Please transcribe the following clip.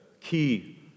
key